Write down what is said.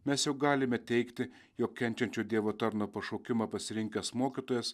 mes juk galime teigti jog kenčiančio dievo tarno pašaukimą pasirinkęs mokytojas